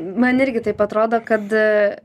man irgi taip atrodo kad